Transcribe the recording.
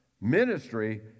Ministry